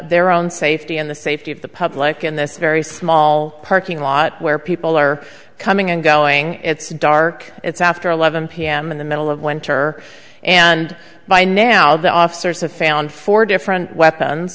their own safety and the safety of the public in this very small parking lot where people are coming and going it's dark it's after eleven pm in the middle of winter and by now the officers have found four different weapons